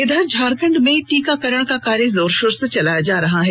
इधर झारखंड में टीकाकरण का कार्य जोर शोर से चलाया जा रहा है